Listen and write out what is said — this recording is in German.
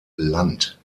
land